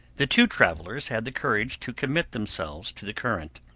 the two travellers had the courage to commit themselves to the current.